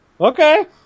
okay